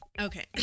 Okay